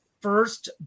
first